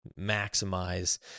maximize